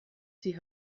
sie